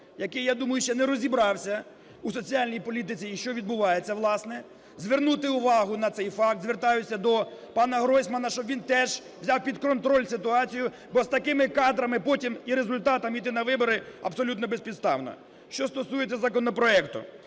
який, я думаю, ще не розібрався у соціальній політиці і що відбувається, власне, звернути увагу на цей факт. Звертаюся до пана Гройсмана, щоб він теж взяв під контроль ситуацію, бо з такими кадрами потім, і результатом, йти на вибори абсолютно безпідставно. Що стосується законопроекту.